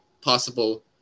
possible